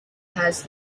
has